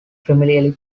primarily